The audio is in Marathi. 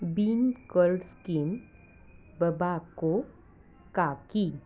बीनकर्ड स्कीन बबाको काकी